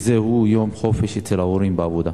שהוא יום חופש של ההורים מהעבודה?